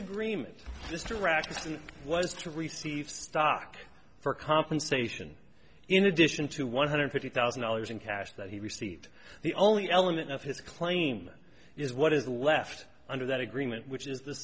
agreement mr rasmussen was to receive stock for compensation in addition to one hundred fifty thousand dollars in cash that he received the only element of his claim is what is left under that agreement which is the